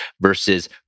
versus